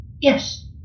Yes